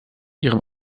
ihrem